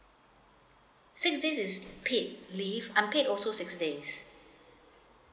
seems this is paid leave unpaid also six days